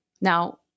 Now